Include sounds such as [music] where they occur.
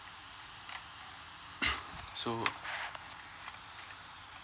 [coughs] so